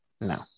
No